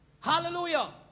Hallelujah